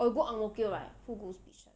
or we go ang mo kio [what] who goes bishan